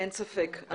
אין ספק.